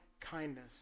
kindness